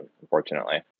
Unfortunately